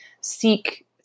seek